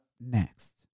next